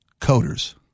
coders